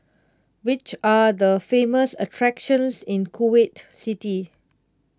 which are the famous attractions in Kuwait City